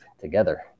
together